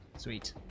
Sweet